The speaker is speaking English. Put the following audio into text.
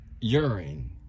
urine